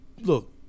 Look